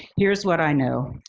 here's what i know.